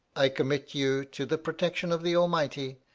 i commit you to the protection of the almighty,